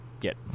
get